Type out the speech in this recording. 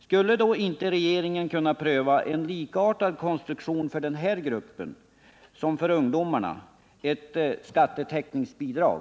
Skulle då inte regeringen kunna pröva en konstruktion för den här gruppen likartad den som gäller för ungdomarna, dvs. ett skattetäckningsbidrag?